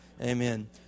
Amen